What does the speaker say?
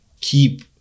keep